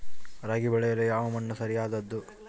ರಾಗಿ ಬೆಳೆಯಲು ಯಾವ ಮಣ್ಣು ಸರಿಯಾದದ್ದು?